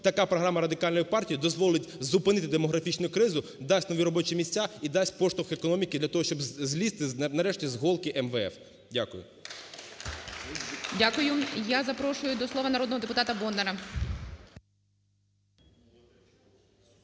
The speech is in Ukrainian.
Така програма Радикальної партії дозволить зупинити демографічну кризу, дасть нові робочі місця і дасть поштовх економіці для того, щоб злізти нарешті з голки МВФ. Дякую. 12:34:30 ГОЛОВУЮЧИЙ. Дякую. Я запрошую до слова народного депутатаБондара.